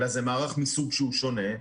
אלא זה מערך מסוג שונה.